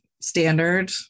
standard